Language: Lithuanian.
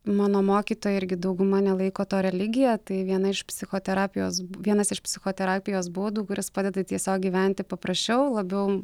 mano mokytojai irgi dauguma nelaiko to religija tai viena iš psichoterapijos vienas iš psichoterapijos būdų kuris padeda tiesiog gyventi paprasčiau labiau